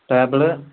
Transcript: table